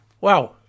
Wow